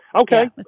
okay